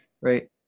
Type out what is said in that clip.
right